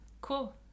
cool